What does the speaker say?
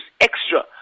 extra